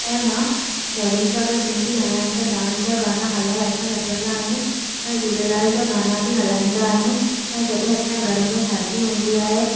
ऐं मां सहेड़ियुनि सां गॾु हूंदी आहियां त डांस जा गाना हलाए असां नचंदा आहियूं ऐं झूलेलाल जा गाना बि हलाईंदा आहियूं ऐं जॾहिं असांजे घर में शादी हूंदी आहे